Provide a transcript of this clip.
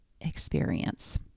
experience